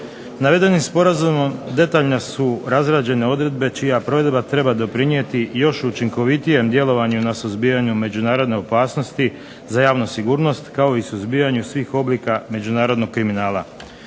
Navedenim sporazumom detaljno su razrađene odredbe čija provedba treba doprinijeti još učinkovitijem djelovanju na suzbijanju međunarodne opasnosti za javnu sigurnost kao i suzbijanju svih oblika međunarodnog kriminala.